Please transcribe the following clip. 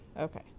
okay